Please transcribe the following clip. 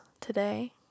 today